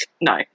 no